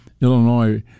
Illinois